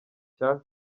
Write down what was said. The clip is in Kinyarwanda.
cya